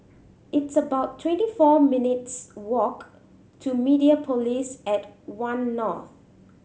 it's about twenty four minutes' walk to Mediapolis at One North